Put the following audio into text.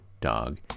dog